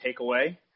takeaway